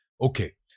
Okay